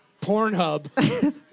Pornhub